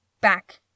back